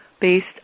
based